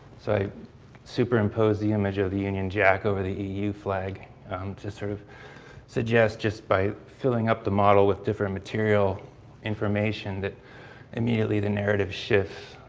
so, i superimposed the image of the union jack over the eu flag to sort of suggest just by filling up the model with different material information that immediately the narrative shifts.